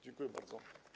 Dziękuję bardzo.